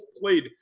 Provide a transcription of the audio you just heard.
played